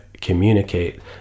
communicate